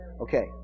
Okay